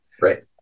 right